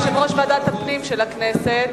יושב-ראש ועדת הפנים של הכנסת,